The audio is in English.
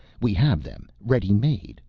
we have them ready made,